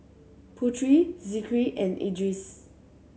Putri Zikri and Idris